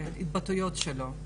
את ההתבטאויות שלו,